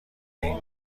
ایم